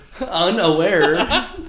Unaware